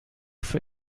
für